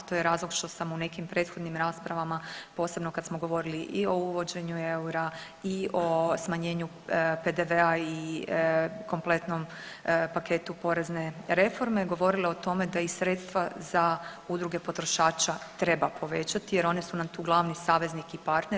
To je razlog što sam u nekim prethodnim raspravama, posebno kad smo govorili i o uvođenju eura i o smanjenju PDV-a i kompletnom paketu porezne reforme govorili o tome da i sredstva za udruge potrošača treba povećati jer one su nam tu glavni saveznik i partner.